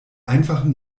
einfachen